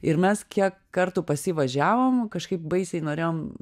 ir mes kiek kartų pas jį važiavom kažkaip baisiai norėjom